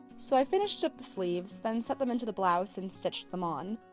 so, i finished up the sleeves, then set them into the blouse and stitched them on.